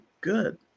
good